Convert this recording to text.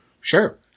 Sure